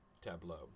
tableau